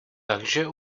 takže